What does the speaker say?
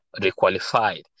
requalified